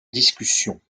discussion